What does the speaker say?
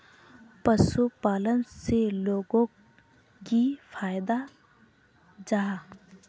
पशुपालन से लोगोक की फायदा जाहा?